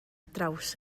draws